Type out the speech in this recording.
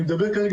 אני מדבר כרגע,